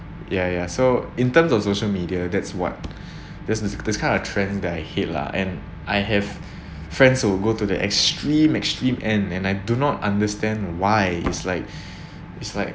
ya ya so in terms of social media that's what this this this kind of trends that I hate lah and I have friends who will go to the extreme extreme end and I do not understand why it's like it's like